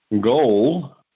Goal